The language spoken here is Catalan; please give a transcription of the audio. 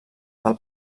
del